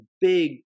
big